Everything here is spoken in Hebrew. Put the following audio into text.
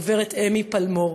הגברת אמי פלמור,